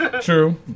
True